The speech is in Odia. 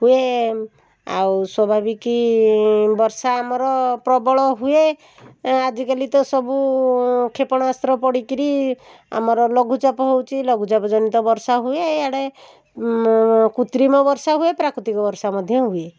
ହୁଏ ଆଉ ସ୍ୱାଭାବିକ ବର୍ଷା ଆମର ପ୍ରବଳ ହୁଏ ଆଜିକାଲି ତ ସବୁ କ୍ଷେପଣାସ୍ତ୍ର ପଡ଼ିକିରି ଆମର ଲଘୁଚାପ ହେଉଛି ଲଘୁଚାପ ଜନିତ ବର୍ଷା ହୁଏ ଆଡ଼େ କୃତ୍ରିମ ବର୍ଷାହୁଏ ପ୍ରାକୃତିକ ବର୍ଷା ମଧ୍ୟ ହୁଏ